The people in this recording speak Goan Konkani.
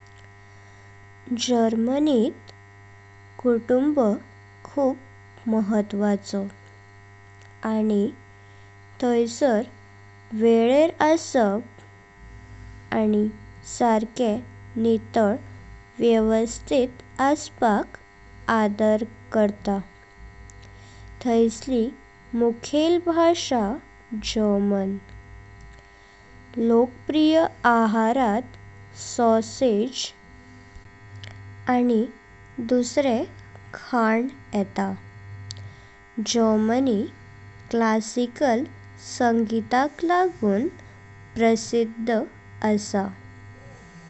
जर्मनीत कुटुंब खुब महत्त्वाचो आनी थयिसर वेळेर असप आनी सारके नितळ व्यवस्थित असपक आदर करता। थयिसली मुखेल भाषा जर्मन। लोकप्रिय आहेरात सॉसेज आनी दुसरे खान येता। जर्मनी क्लासिकल संगीताकलागुन प्रसिद्ध आसा।